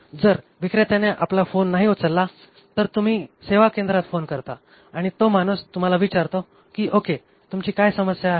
जर विक्रेत्याने आपला फोन नाही उचलला तर तुम्ही सेवाकेंद्रात फोन करता आणि तो माणूस तुम्हाला विचारतो की ओके तुमची काय समस्या आहे